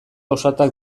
ausartak